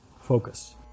focus